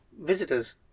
visitors